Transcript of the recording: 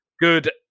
good